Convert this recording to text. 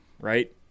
right